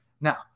Now